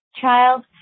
child